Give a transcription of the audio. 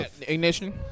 Ignition